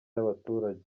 y’abaturage